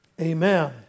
amen